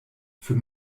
für